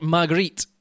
Marguerite